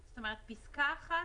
זאת אומרת פסקה (1)?